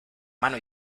mano